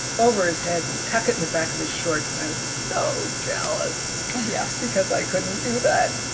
over his head, and tuck it in the back of his shorts and i was so jealous yeah because i couldn't do that,